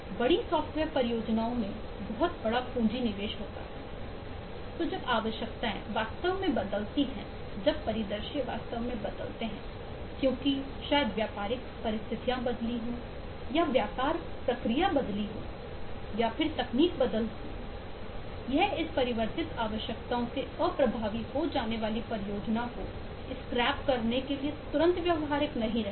बड़ी सॉफ्टवेयर परियोजनाओं में बहुत बड़ा पूंजी निवेश होता है तू जब आवश्यकताएं वास्तव में बदलती हैं जब परिदृश्य वास्तव में बदलते हैं क्योंकि व्यापारिक परिस्थितियां बदली हो व्यापार प्रक्रिया बदल गई हो तकनीक बदल सकती है यह इस परिवर्तित आवश्यकताओं से अप्रभावी हो जाने वाली परियोजना को स्क्रैप करने के लिए तुरंत व्यावहारिक नहीं रहता है